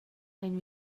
ein